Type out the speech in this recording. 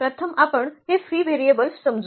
प्रथम आपण हे फ्री व्हेरिएबल्स समजू